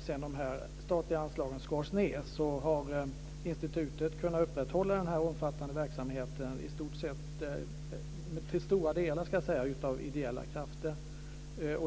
Sedan de här anslagen skars ned har Immigrantinstitutet kunnat upprätthålla den här omfattande verksamheten till stora delar med ideella krafter.